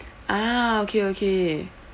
ah okay okay